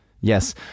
Yes